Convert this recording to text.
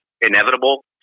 inevitable